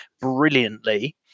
brilliantly